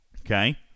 Okay